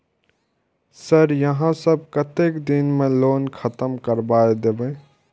Sir यहाँ सब कतेक दिन में लोन खत्म करबाए देबे?